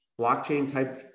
blockchain-type